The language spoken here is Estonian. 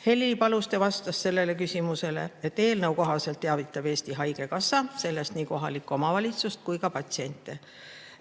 Heli Paluste vastas sellele küsimusele, et eelnõu kohaselt teavitab Eesti Haigekassa sellest nii kohalikku omavalitsust kui ka patsiente.